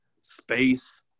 Space